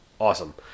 Awesome